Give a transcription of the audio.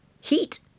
heat